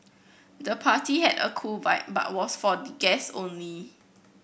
the party had a cool vibe but was for the guest only